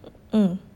mm